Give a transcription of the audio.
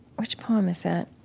which poem is that?